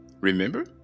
remember